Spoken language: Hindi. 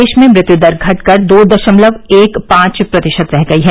देश में मृत्यु दर घट कर दो दशमलव एक पांच प्रतिशत रह गई है